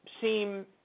seem